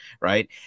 Right